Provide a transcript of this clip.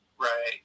Right